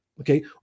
Okay